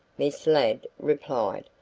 miss ladd replied.